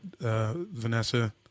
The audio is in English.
Vanessa